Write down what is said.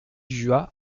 juas